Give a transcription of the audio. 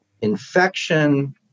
infection